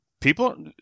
people